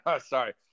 sorry